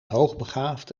hoogbegaafd